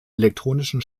elektronischen